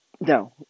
No